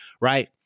right